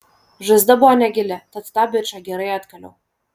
žaizda buvo negili tad tą bičą gerai atkaliau